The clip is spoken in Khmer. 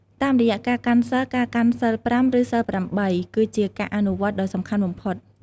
តាមរយៈការកាន់សីល ការកាន់សីលប្រាំ ឬសីលប្រាំបី គឺជាការអនុវត្តដ៏សំខាន់បំផុត។